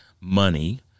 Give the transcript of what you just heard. money